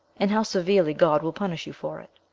and how severely god will punish you for it.